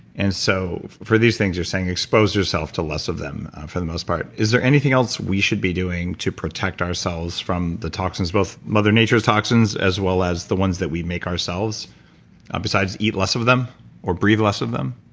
and so for these things, you're saying expose yourself to less of them for the most part. is there anything else we should be doing to protect ourselves from the toxins, both mother nature's toxins as well as the one's that we make ourselves besides eat less of them or breathe less of them?